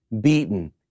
beaten